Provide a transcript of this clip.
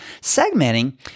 Segmenting